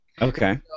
Okay